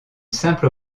simple